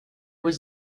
was